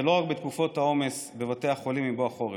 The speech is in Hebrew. ולא רק בתקופות העומס בבתי החולים עם בוא החורף.